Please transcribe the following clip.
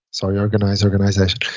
sorry, organize, organization.